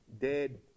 dead